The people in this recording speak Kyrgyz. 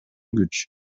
күч